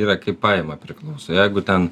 yra kaip paima priklauso jeigu ten